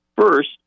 first